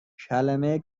کلمه